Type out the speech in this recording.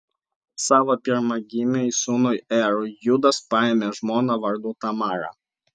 savo pirmagimiui sūnui erui judas paėmė žmoną vardu tamara